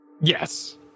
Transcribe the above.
Yes